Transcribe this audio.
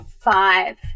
Five